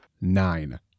Nine